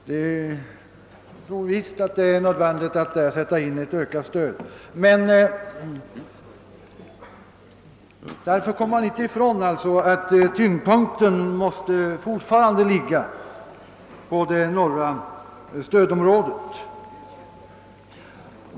Det är säkerligen nödvändigt att där sätta in ett ökat stöd, men därför kommer man inte ifrån att tyngdpunkten fortfarande måste ligga på det norra stödområdet.